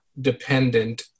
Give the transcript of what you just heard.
dependent